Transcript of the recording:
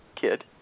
kid